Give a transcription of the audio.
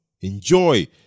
Enjoy